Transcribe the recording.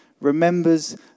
remembers